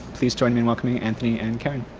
please join me in welcoming anthony and karen.